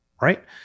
Right